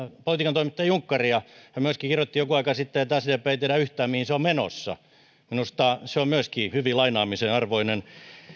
politiikan toimittaja junkkaria hän myöskin kirjoitti joku aika sitten että sdp ei tiedä yhtään mihin se on menossa minusta se on myöskin hyvin lainaamisen arvoinen